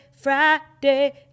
Friday